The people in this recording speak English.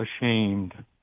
ashamed